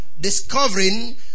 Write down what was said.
discovering